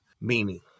meaning